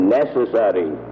necessary